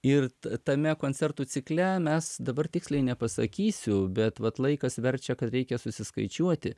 ir tame koncertų cikle mes dabar tiksliai nepasakysiu bet vat laikas verčia kad reikia susiskaičiuoti